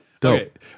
dope